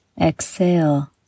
Exhale